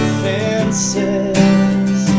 fences